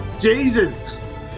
jesus